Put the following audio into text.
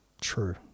true